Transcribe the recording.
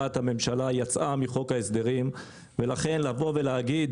ובישיבת הממשלה יצאה מחוק ההסדרים לבוא ולהגיד